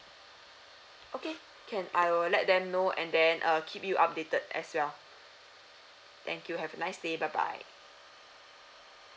okay can I will let them know and then uh keep you updated as well thank you have a nice day bye bye